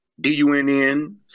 D-U-N-N